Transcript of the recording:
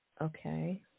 Okay